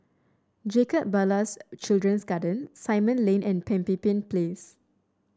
Jacob Ballas Children's Garden Simon Lane and Pemimpin Place